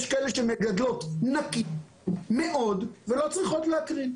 יש כאלה שמגדלות נקי מאוד ולא צריכות להקרין.